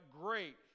great